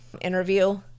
interview